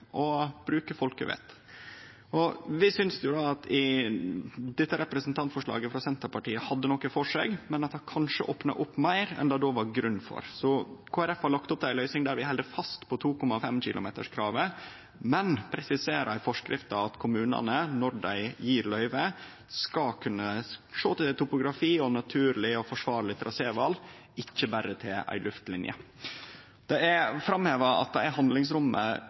å bruke folkevett. Vi synest at dette representantforslaget frå Senterpartiet har noko for seg, men at det opnar opp for meir enn det kanskje er grunn for. Så Kristeleg Folkeparti har lagt opp til ei løysing der vi held fast på 2,5 km-kravet, men presiserer i forskrifta at kommunane, når dei gjev løyve, skal kunne sjå på topografi og naturleg og forsvarleg traséval, ikkje berre ei luftlinje. Det er blitt framheva at dette handlingsrommet allereie ligg i forskrifta. Det